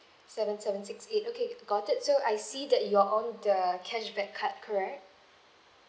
seven seven six eight okay got it so I see that you're on the cashback card correct